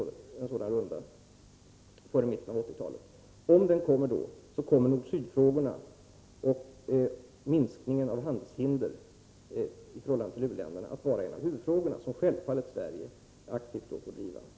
Men GATT-rundan kommer inte i år och troligen inte heller nästa år, eftersom det är osäkert om man kan uppnå enighet beträffande en sådan runda före mitten av 1980-talet.